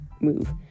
move